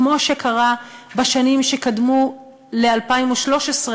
כמו שקרה בשנים שקדמו ל-2013,